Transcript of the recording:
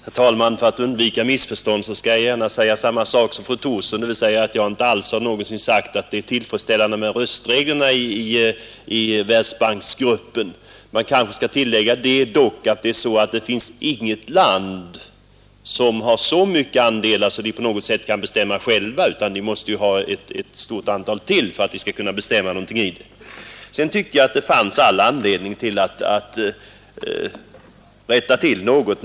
Herr talman! För att undvika missförstånd vill jag framhålla samma sak som fru Thorsson, nämligen att jag aldrig någonsin har sagt att det är tillfredsställande med de röstregler som finns i Världsbanksgruppen. Men jag kanske också skall tillägga att det inte finns något land som har så många andelar att man kan bestämma själv, utan det måste till ytterligare ett stort antal för ett beslut. Sedan tycker jag också det finns anledning att rätta till en sak.